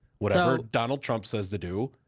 whatever donald trump says to do,